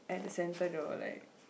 at the center though like